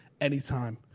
anytime